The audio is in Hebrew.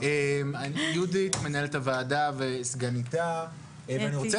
יהודית מנהלת הועדה וסגניתה ואני רוצה